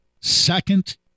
second